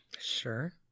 Sure